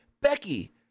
Becky